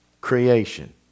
creation